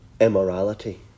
immorality